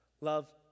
Love